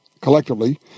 collectively